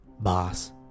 Boss